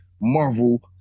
Marvel